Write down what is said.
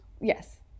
Yes